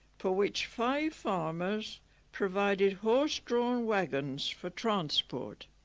for which five farmers provided horse-drawn wagons for transport